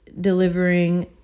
delivering